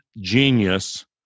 genius